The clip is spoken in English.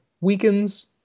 weakens